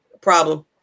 problem